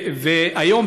והיום,